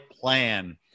plan